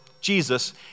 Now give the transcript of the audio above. Jesus